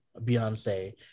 beyonce